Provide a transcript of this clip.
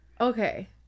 Okay